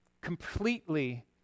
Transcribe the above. completely